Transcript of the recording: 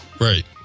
Right